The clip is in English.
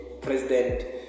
president